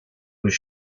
was